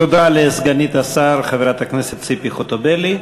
תודה לסגנית השר חברת הכנסת ציפי חוטובלי.